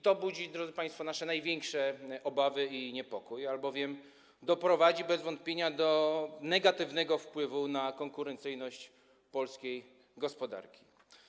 To budzi, drodzy państwo, nasze największe obawy i niepokój, albowiem bez wątpienia doprowadzi do negatywnego wpływu na konkurencyjność polskiej gospodarki.